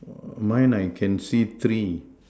oh mine I can see three